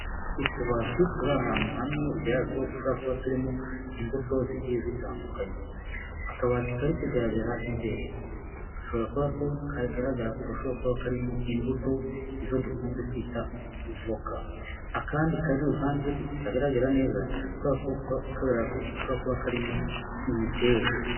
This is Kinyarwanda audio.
Utubati turi ahantu hamwe bigaragara ko dushobora kuba turimo imbuto zigiye zitandukanye. Akabati kari kugaragara imbere, dushobora kuba ko kagaragara ko gashobora karimo imbuto izo dukunze kwita voka. Akandi kari iruhande ariko katagaragara neza, gashobora kuba kagaragara ko gashobora kuba karimo imiteja.